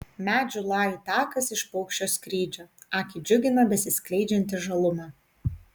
medžių lajų takas iš paukščio skrydžio akį džiugina besiskleidžianti žaluma